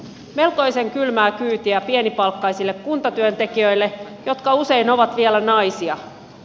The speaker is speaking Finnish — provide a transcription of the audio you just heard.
melkoisen kylmää kyytiä pienipalkkaisille kuntatyöntekijöille jotka usein ovat vielä naisia